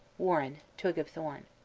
warren twig of thorn.